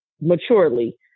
maturely